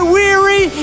weary